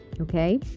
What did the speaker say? okay